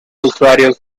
usuarios